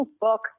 book